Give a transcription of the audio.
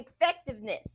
effectiveness